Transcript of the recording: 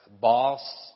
boss